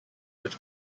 which